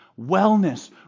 wellness